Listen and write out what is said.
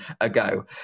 ago